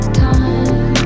time